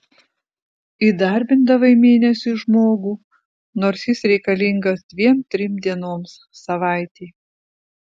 įdarbindavai mėnesiui žmogų nors jis reikalingas dviem trim dienoms savaitei